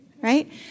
right